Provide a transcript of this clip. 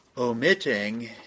omitting